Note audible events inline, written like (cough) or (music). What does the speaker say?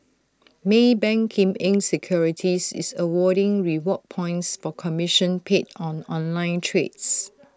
maybank Kim Eng securities is awarding reward points for commission paid on online trades (noise)